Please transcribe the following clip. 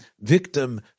victim